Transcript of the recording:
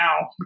now